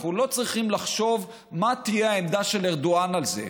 אנחנו לא צריכים לחשוב מה תהיה העמדה של ארדואן על זה.